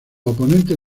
oponentes